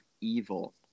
Evil